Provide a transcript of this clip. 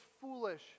foolish